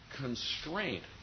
constraint